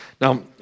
Now